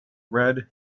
red